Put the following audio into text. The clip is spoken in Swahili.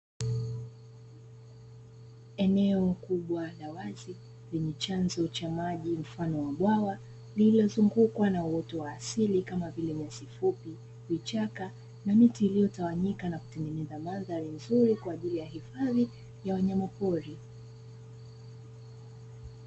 Eneo kubwa la wazi lenye chanzo cha maji mfano wa bwawa lililozungukwa na uoto wa asili kama vile nyasi fupi, vichaka na miti iliyotawanyika na kutengeneza mandhari nzuri kwaajili ya hifadhi ya wanyama pori.